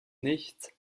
nichts